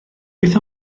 beth